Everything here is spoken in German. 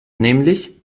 nämlich